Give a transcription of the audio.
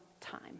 time